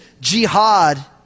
jihad